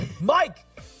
Mike